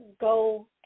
go